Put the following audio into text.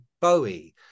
bowie